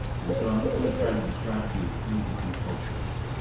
and so i'm gonna try to describe to you three different cultures